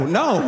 no